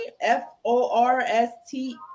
F-O-R-S-T